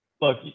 Look